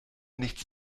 nichts